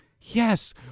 yes